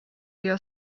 your